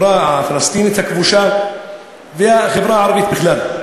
החברה הפלסטינית הכבושה והחברה הערבית בכלל.